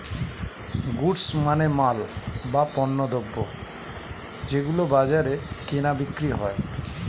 goods মানে মাল, বা পণ্যদ্রব যেগুলো বাজারে কেনা বিক্রি হয়